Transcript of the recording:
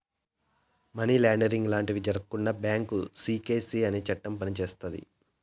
money laundering లాంటివి జరగకుండా bank secrecy అనే చట్టం పనిచేస్తాది